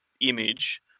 image